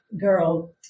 girl